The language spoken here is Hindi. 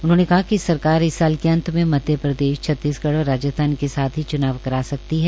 उन्होंने कहा कि सरकार इस साल के अत में मध्यप्रदेश छत्तीसगढ़ व राजस्थान के साथ ही चूनाव करा सकती है